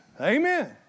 Amen